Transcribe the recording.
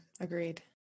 agreed